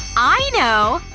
i know!